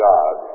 God